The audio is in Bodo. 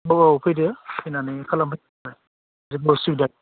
औ फैदो फैनानै खालामफैदो जेबो असुबिदा गैया